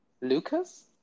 Lucas